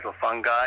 fungi